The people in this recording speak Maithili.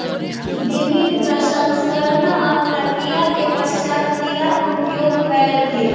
विभिन्न प्रसंस्करणक प्रक्रिया के पश्चात कीड़ा के उपयोग कयल गेल